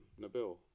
Nabil